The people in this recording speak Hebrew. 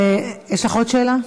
יש לך עוד שאלה?